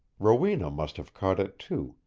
rowena must have caught it, too,